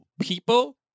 people